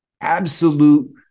Absolute